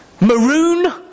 maroon